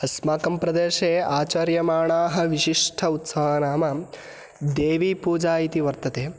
अस्माकं प्रदेशे आचर्यमाणाः विशिष्टः उत्सवः नाम देवीपूजा इति वर्तते